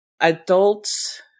Adults